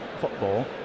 football